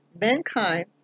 Mankind